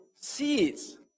seeds